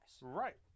Right